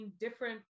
different